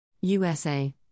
USA